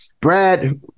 Brad